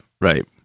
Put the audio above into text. right